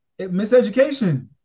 Miseducation